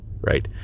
right